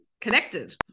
connected